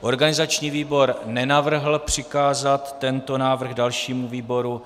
Organizační výbor nenavrhl přikázat tento návrh dalšímu výboru.